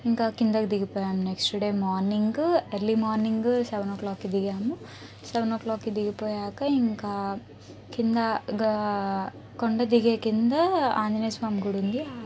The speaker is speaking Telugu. ఇంక కిందికి దిగిపోయాం next day morning early morning seven o క్లాక్కి దిగాము సెవెన్ ఓ క్లాక్కి దిగిపోయాకా ఇంక కింద గా కొండ దిగే కింద ఆంజనేస్వామి గుడుంది